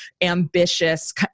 ambitious